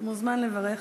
אתה מוזמן לברך.